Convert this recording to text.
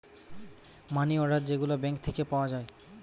মানি order যে গুলা bank থিকে পাওয়া যায়